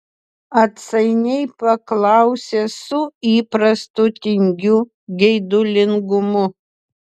atsainiai paklausė su įprastu tingiu geidulingumu